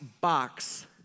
box